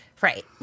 Right